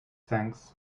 thanks